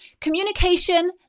communication